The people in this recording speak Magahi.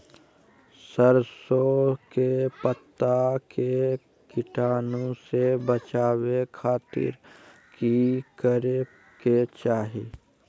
सरसों के पत्ता के कीटाणु से बचावे खातिर की करे के चाही?